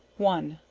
one.